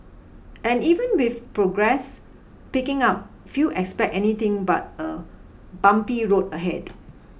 and even with progress picking up few expect anything but a bumpy road ahead